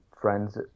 friends